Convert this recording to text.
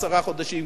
עשרה חודשים,